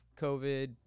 COVID